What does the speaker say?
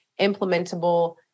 implementable